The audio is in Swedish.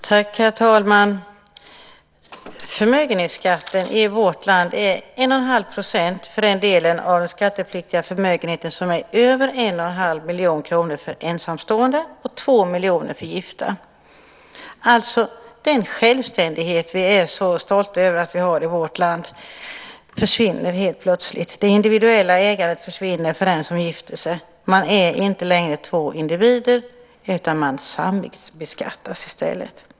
Herr talman! Förmögenhetsskatten i vårt land är 1,5 % för den del av den skattepliktiga förmögenheten som är över 1 1⁄2 miljon kronor för ensamstående och 2 miljoner för gifta. Den självständighet som vi är så stolta över att vi har i vårt land försvinner alltså helt plötsligt. Det individuella ägandet försvinner för den som gifter sig. Man är inte längre två individer utan man sambeskattas i stället.